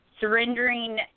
surrendering